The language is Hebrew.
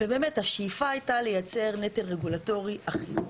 השאיפה הייתה לייצר נטל רגולטורי אחיד.